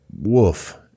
woof